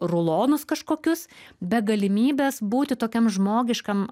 rulonus kažkokius be galimybės būti tokiam žmogiškam